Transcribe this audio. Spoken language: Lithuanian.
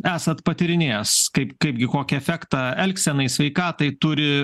esat patyrinėjęs kaip kaipgi kokį efektą elgsenai sveikatai turi